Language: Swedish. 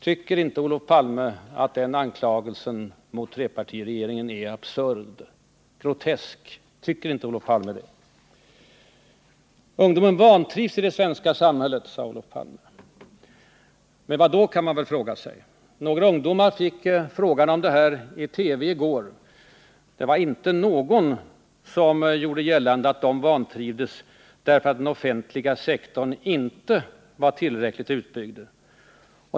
Tycker inte Olof Palme att den anklagelsen mot trepartiregeringen är absurd, grotesk? Tycker inte Olof Palme det? Ungdomen vantrivs i det svenska samhället, sade Olof Palme. Med vad då? kan man fråga sig. Några ungdomar fick frågan om detta i TV i går. Det var inte någon som gjorde gällande att de vantrivdes därför att den offentliga sektorn inte var tillräckligt utbyggd.